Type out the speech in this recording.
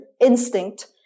instinct